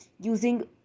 using